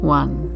one